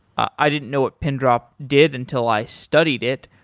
i didn't know what pindrop did until i studied it.